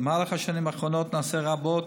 במהלך השנים האחרונות נעשה רבות